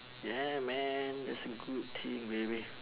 ya man that's a good thing baby